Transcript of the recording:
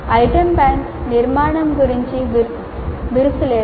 item bank నిర్మాణం గురించి బిరుసు లేదు